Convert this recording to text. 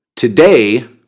Today